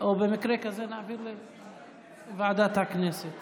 אם כך, לוועדת הכנסת